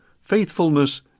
faithfulness